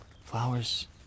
flowers